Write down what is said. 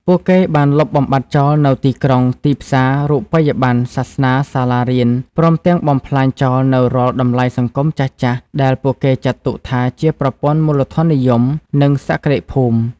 ពួកគេបានលុបបំបាត់ចោលនូវទីក្រុង ទីផ្សារ រូបិយប័ណ្ណ សាសនា សាលារៀន ព្រមទាំងបំផ្លាញចោលនូវរាល់តម្លៃសង្គមចាស់ៗដែលពួកគេចាត់ទុកថាជាប្រព័ន្ធមូលធននិយម និងសក្តិភូមិ។